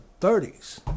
30s